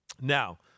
Now